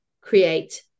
create